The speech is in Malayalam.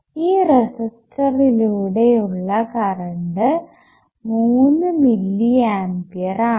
ഈ റെസിസ്റ്ററിലൂടെ ഉള്ള കറണ്ട് 3 മില്ലി ആംപിയർ ആണ്